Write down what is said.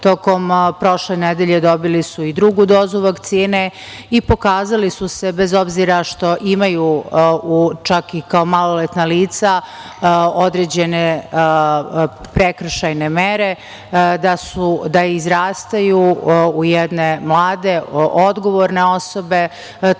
tokom prošle nedelje. Dobili su i drugu dozu vakcine i pokazali su se, bez obzira što imaju čak i kao maloletna lica određene prekršajne mere, da izrastaju u jedne mlade, odgovorne osobe,